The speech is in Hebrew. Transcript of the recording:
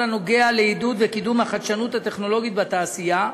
הנוגע לעידוד וקידום החדשנות הטכנולוגית בתעשייה.